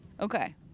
Okay